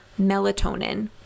melatonin